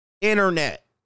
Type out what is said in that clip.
internet